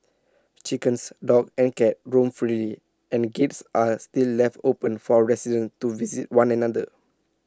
chickens dogs and cats roam freely and gates are still left open for residents to visit one another